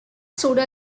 soda